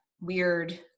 weird